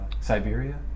Siberia